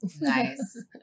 Nice